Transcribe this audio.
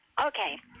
Okay